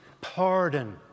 pardon